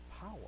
power